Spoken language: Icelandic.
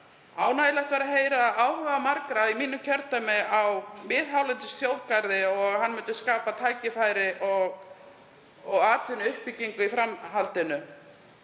Ánægjulegt var að heyra áhuga margra í mínu kjördæmi á miðhálendisþjóðgarði og að hann myndi skapa tækifæri og atvinnuuppbyggingu í framhaldinu.